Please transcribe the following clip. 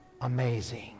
amazing